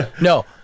No